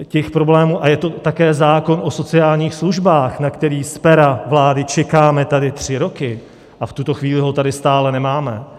Těch problémů a je to také zákon o sociálních službách, na který z pera vlády čekáme tady tři roky a v tuto chvíli ho tady stále nemáme.